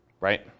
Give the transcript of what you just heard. right